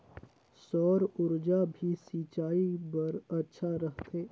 सौर ऊर्जा भी सिंचाई बर अच्छा रहथे?